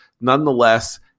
Nonetheless